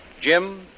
Jim